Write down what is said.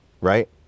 right